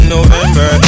November